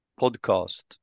podcast